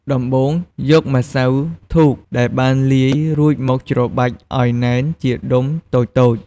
ដំបូងយកម្សៅធូបដែលបានលាយរួចមកច្របាច់ឱ្យណែនជាដុំតូចៗ។